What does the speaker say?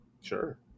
Sure